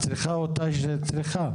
הצריכה היא אותה צריכה.